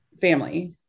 family